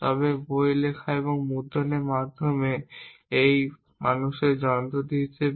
তবে বই লেখা এবং মুদ্রণের মাধ্যম হিসাবে বা মানুষের যন্ত্র হিসাবে